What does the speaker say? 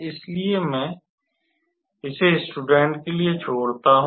इसलिए मैं इसे स्टूडेंट्स के लिए छोड़ता हूं